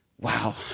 wow